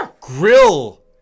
Grill